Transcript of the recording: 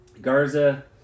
Garza